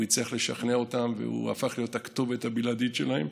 הוא הצליח לשכנע אותם והוא הפך להיות הכתובת הבלעדית שלהם,